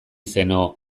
zeno